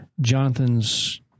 Jonathan's